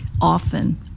often